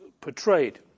portrayed